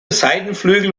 seitenflügel